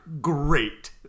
great